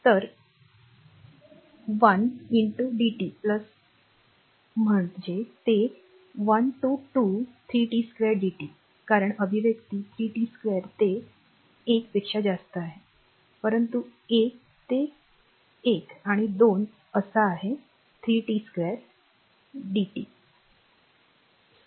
तर एक dt म्हणजे ते one to 2 3 t 2 dt कारण अभिव्यक्ती 3 t 2 ते १ पेक्षा जास्त आहे परंतु एक ते १ आणि २ असा आहे 3 t 2 d dt